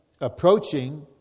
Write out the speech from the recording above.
approaching